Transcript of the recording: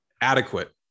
adequate